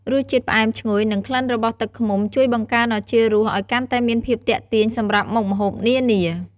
រសជាតិផ្អែមឈ្ងុយនិងក្លិនរបស់ទឹកឃ្មុំ ជួយបង្កើនឱជារសឱ្យកាន់តែមានភាពទាក់ទាញសម្រាប់មុខម្ហូបនានា។